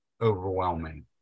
overwhelming